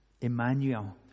Emmanuel